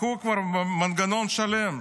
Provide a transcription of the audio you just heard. לקחו כבר מנגנון שלם.